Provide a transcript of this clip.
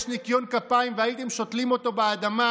ניקיון כפיים והייתם שותלים אותו באדמה,